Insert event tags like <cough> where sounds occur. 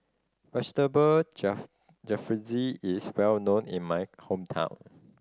Vegetable <unintelligible> Jalfrezi is well known in my hometown